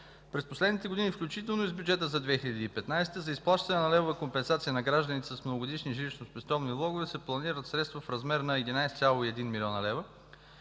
През последните години, включително и с бюджета за 2015 г., за изплащане на левовата компенсация на гражданите с многогодишни жилищно-спестовни влогове се планират средства в размер на 11,1 млн. лв.,